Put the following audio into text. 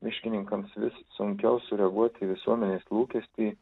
miškininkams vis sunkiau sureaguot į visuomenės lūkestį